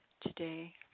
Today